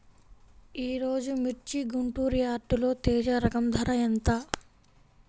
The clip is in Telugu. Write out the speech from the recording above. ఈరోజు మిర్చి గుంటూరు యార్డులో తేజ రకం ధర ఎంత?